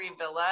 villa